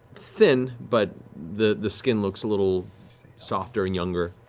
thin, but the the skin looks a little softer and younger.